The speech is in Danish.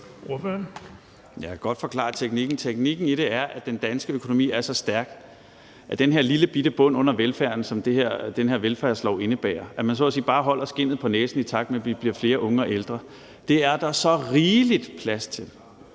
Jeg kan godt forklare teknikken. Teknikken i det er, at den danske økonomi er så stærk, at den her lillebitte bund under velfærden, som den her velfærdslov indebærer – at man så at sige bare holder skindet på næsen, i takt med at vi bliver flere unge og ældre – er der så rigeligt plads til